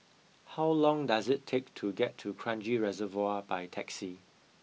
how long does it take to get to Kranji Reservoir by taxi